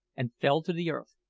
and fell to the earth,